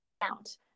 out